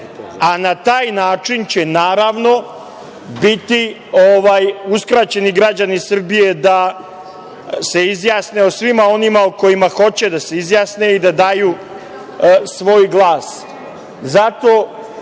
a na taj način će, naravno, biti uskraćeni građani Srbije da se izjasne o svima onima o kojima hoće da se izjasne i da daju svoj glas. Zato